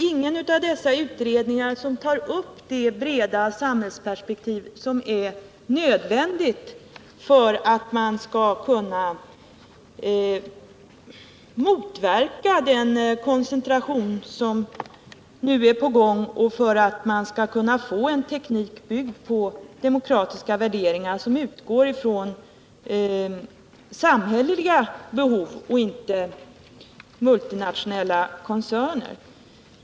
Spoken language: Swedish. Ingen av dessa utredningar tar upp frågan i det breda samhällsperspektivet, vilket är nödvändigt för att man skall kunna motverka den koncentration som nu är på gång och för att man skall kunna få en teknik, byggd på demokratiska värderingar, som utgår från samhälleliga behov och inte från multinationella koncerners.